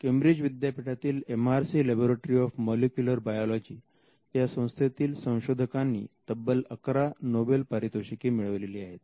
Cambridge विद्यापीठातील MRC laboratory of molecular biology या संस्थेतील संशोधकांनी तब्बल 11 नोबेल पारितोषिके मिळविले आहेत